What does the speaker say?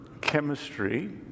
chemistry